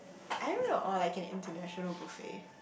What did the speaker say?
I don't know or like an international buffet